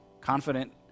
confident